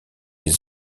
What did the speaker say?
les